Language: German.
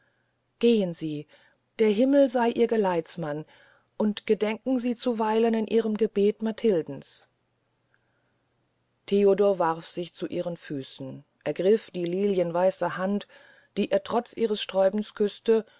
gehn sie der himmel sey ihr geleitsmann und gedenken sie zuweilen in ihrem gebet matildens theodor warf sich zu ihren füßen ergrif die lilienweiße hand die er trotz ihres sträubens küßte